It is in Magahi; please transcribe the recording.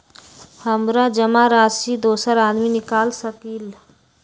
हमरा जमा राशि दोसर आदमी निकाल सकील?